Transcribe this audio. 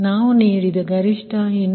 ನಾವು ನೀಡಿದ ಗರಿಷ್ಠ 266